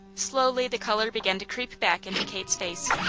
slowly the colour began to creep back into kate's face.